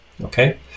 okay